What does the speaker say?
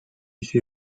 一些